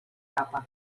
capa